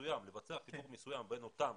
צריך לבצע חיבור מסוים בין אותם